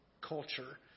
culture